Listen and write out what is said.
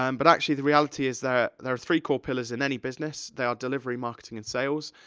um but actually the reality is that there are three core pillars in any business. they are delivery, marketing, and sales.